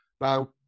Now